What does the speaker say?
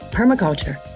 Permaculture